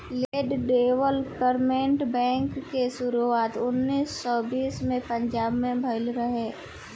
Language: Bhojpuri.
लैंड डेवलपमेंट बैंक के शुरुआत उन्नीस सौ बीस में पंजाब में भईल रहे